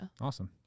Awesome